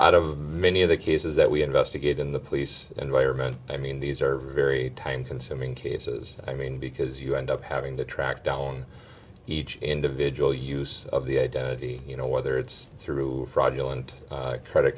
many of the cases that we investigate in the police environment i mean these are very time consuming cases i mean because you end up having to track down each individual use of the identity you know whether it's through a fraudulent credit